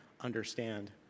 understand